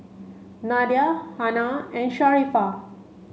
Nadia Hana and Sharifah